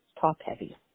top-heavy